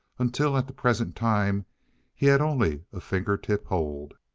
until at the present time he had only a finger-tip hold.